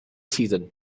season